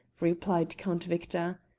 replied count victor.